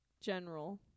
general